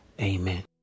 Amen